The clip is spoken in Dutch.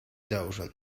dozen